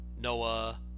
Noah